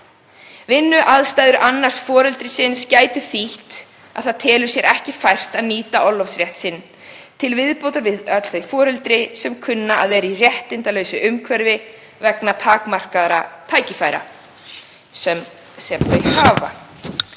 Vinnuaðstæður annars foreldrisins gætu þýtt að það telur sér ekki fært að nýta orlofsrétt sinn, til viðbótar við öll þau foreldri sem kunna að vera í réttindalausu umhverfi vegna takmarkaðra tækifæra sinna.